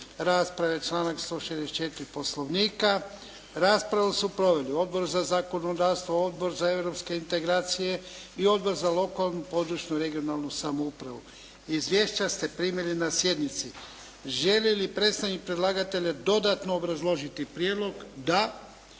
rasprave članak 164. Poslovnika. Raspravu su proveli Odbor za zakonodavstvo, Odbor za europske integracije i Odbor za lokalnu područnu (regionalnu) samoupravu. Izvješća ste primili na sjednici. Želi li predstavnik predlagatelja dodatno obrazložiti prijedlog? Da.